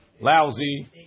lousy